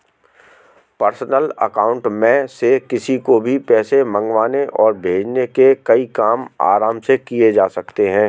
personal account में से किसी को भी पैसे मंगवाने और भेजने के कई काम आराम से किये जा सकते है